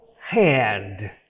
hand